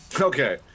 Okay